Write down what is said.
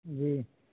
جی